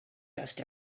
dust